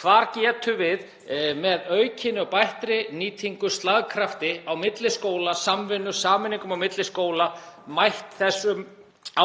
Hvar getum við með aukinni og bættri nýtingu, slagkrafti á milli skóla, samvinnu og sameiningum á milli skóla, mætt þessum